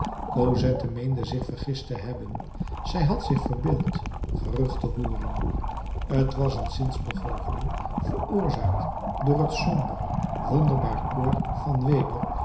cosette meende zich vergist te hebben zij had zich verbeeld gerucht te hooren t was een zinsbegoocheling veroorzaakt door het somber wonderbaar koor van weber